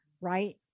Right